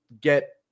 get